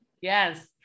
Yes